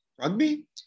Rugby